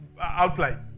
outline